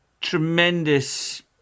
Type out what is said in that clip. tremendous